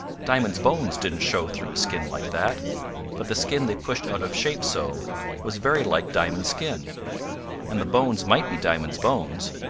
diamond's bones didn't show through his skin like that but the skin they pushed out of shape so was very like diamond's skin and the bones might be diamond's bones,